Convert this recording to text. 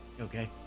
Okay